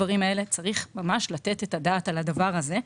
צריך ממש לתת את הדעת על הדבר הזה.